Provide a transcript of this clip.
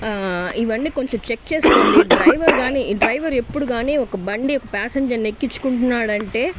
ఇవన్నీ కొంచెం చెక్ చేసుకోండి డ్రైవర్ గాని డ్రైవర్ ఎప్పుడు కానీ ఒక బండి ఒక ప్యాసింజర్ని ఎక్కించుకుంటున్నాడంటే